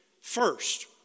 First